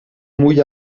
muy